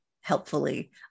helpfully